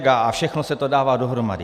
A všechno se to dává dohromady.